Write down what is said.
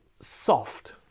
soft